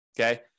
okay